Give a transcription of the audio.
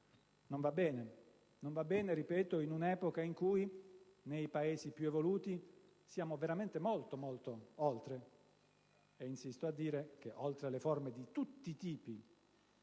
Non va bene. Non va bene in un'epoca in cui nei Paesi più evoluti siamo veramente molto, molto oltre. Insisto a dire che, oltre alle forme di tutti i tipi